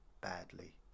badly